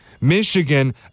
Michigan